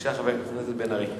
בבקשה, חבר הכנסת בן-ארי.